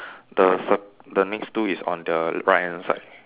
the cir~ the next two is on the right hand side